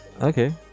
Okay